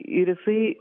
ir jisai